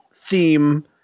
theme